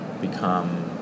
become